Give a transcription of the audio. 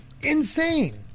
insane